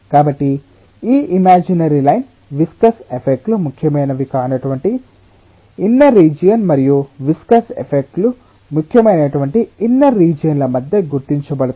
కాబట్టి ఈ imaginary line viscous effect లు ముఖ్యమైనవి కానటువంటి ఇన్నర్ రీజియన్ మరియు విస్కస్ ఎఫెక్ట్ లు ముఖ్యమైనటువంటి ఇన్నర్ రీజియన్ ల మధ్య గుర్తించబడతాయి